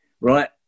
right